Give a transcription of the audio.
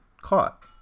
caught